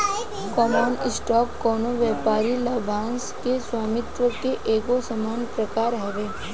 common stock कवनो व्यापारिक लाभांश के स्वामित्व के एगो सामान्य प्रकार हवे